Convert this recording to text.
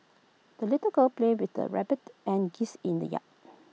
the little girl played with the rabbit and geese in the yard